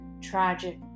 tragic